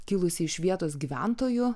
kilusi iš vietos gyventojų